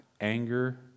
anger